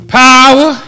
power